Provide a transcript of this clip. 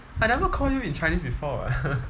I never call you in chinese before [what]